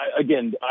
again